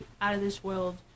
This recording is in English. out-of-this-world